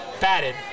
batted